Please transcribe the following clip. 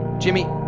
jimmy,